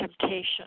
temptation